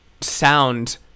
sound